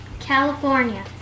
California